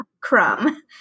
crumb